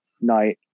night